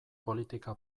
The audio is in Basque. politika